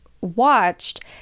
watched